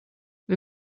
wir